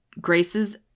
grace's